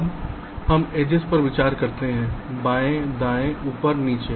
अब हम कुछ एडस पर विचार करते हैं बाएं दाएं ऊपर नीचे